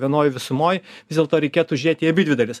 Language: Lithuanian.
vienoj visumoj vis dėlto reikėtų žiūrėti į abi dvi dalis